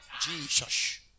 jesus